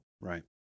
Right